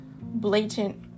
blatant